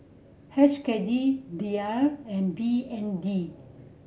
H K D Riel and B N D